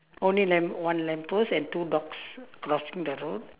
only lamp one lamppost and two dogs crossing the road